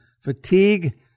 Fatigue